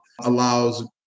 allows